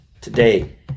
today